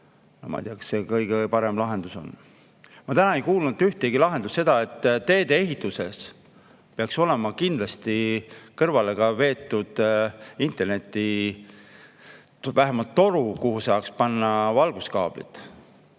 Ma ei tea, kas see kõige parem lahendus on. Ma ei kuulnud täna kordagi, et teid ehitades peaks olema kindlasti kõrvale veetud interneti jaoks vähemalt toru, kuhu saaks panna valguskaabli,